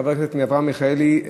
חבר הכנסת אברהם מיכאלי,